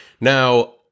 Now